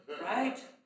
Right